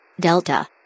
Delta